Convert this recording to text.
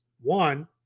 one